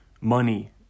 money